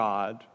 God